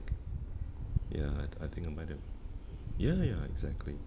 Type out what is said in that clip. ya I I think I might have ya ya exactly